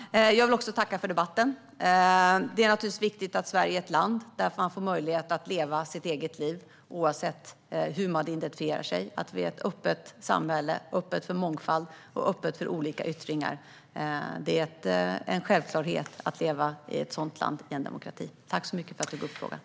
Fru talman! Jag vill också tacka för debatten. Det är naturligtvis viktigt att Sverige är ett land där man får möjlighet att leva sitt eget liv, oavsett hur man identifierar sig. Det är viktigt att vi är ett öppet samhälle - öppet för mångfald och för olika yttringar. I en demokrati är det en självklarhet att leva i ett sådant land. Tack så mycket, Lotta Johnsson Fornarve, för att du tog upp frågan.